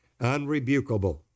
unrebukable